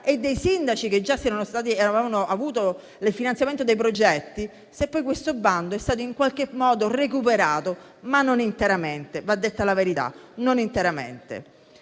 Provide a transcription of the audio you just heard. e dei sindaci che già avevano ricevuto il finanziamento dei progetti se poi questo bando è stato in qualche modo recuperato, anche se - va detta la verità - non interamente.